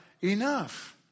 enough